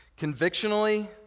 Convictionally